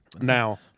now